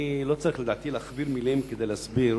אני לא צריך, לדעתי, להכביר מלים כדי להסביר